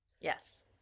Yes